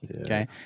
okay